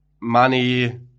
money